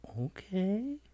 okay